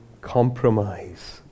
Compromise